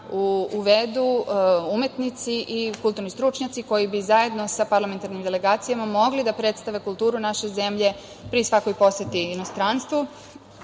uvedu umetnici i kulturni stručnjaci koji bi zajedno sa parlamentarnim delegacijama mogli da predstave kulturu naše zemlje pri svakoj poseti inostranstvu.